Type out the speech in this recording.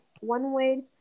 one-way